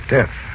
Death